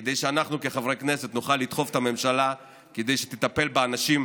כדי שאנחנו כחברי כנסת נוכל לדחוף את הממשלה לטפל באנשים,